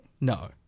No